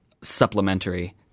supplementary